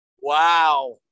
Wow